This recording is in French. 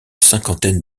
cinquantaine